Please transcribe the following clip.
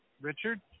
Richard